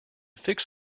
fix